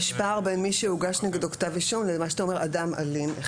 יש פער בין מי שהוגש נגדו כתב אישום למה שאתה אומר אדם אלים.